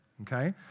Okay